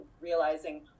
realizing